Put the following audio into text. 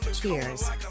Cheers